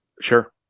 Sure